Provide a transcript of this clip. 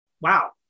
wow